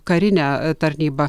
karinę tarnybą